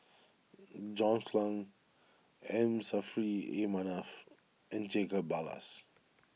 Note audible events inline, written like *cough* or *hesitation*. *hesitation* John Clang M Saffri A Manaf and Jacob Ballas